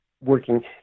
working